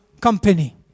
company